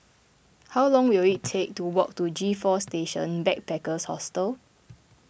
how long will it take to walk to G four Station Backpackers Hostel